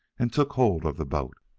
and took hold of the boat.